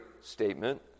statement